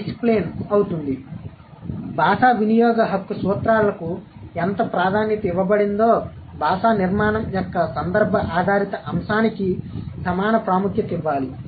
కాబట్టి భాషా వినియోగ హక్కు సూత్రాలకు ఎంత ప్రాధాన్యత ఇవ్వబడిందో భాషా నిర్మాణం యొక్క సందర్భ ఆధారిత అంశానికి సమాన ప్రాముఖ్యత ఇవ్వాలి